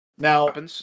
Now